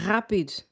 Rápido